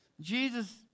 Jesus